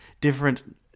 different